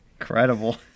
Incredible